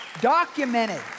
Documented